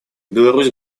беларусь